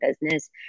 business